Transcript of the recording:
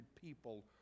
people